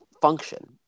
function